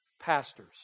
pastors